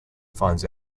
finds